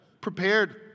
prepared